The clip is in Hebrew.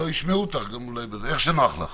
סבינה, נפגעת עבירה, בבקשה.